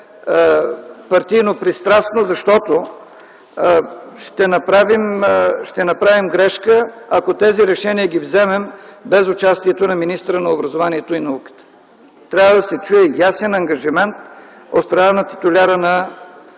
партийно пристрастно, защото ще направим грешка, ако вземем тези решения без участието на министъра на образованието и науката. Трябва да се чуе ясен ангажимент от страна на титуляра на